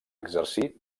exercir